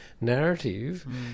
narrative